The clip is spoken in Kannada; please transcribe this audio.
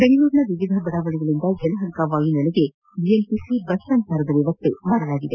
ಬೆಂಗಳೂರಿನ ವಿವಿಧ ಬಡಾವಣೆಗಳಿಂದ ಯಲಹಂಕ ವಾಯುನೆಲೆಗೆ ಬಿಎಂಟಿಸಿ ಬಸ್ ಸಂಚಾರದ ವ್ಯವಸ್ಥೆ ಮಾಡಲಾಗಿದೆ